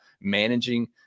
managing